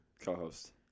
Co-host